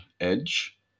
Edge